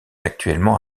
actuellement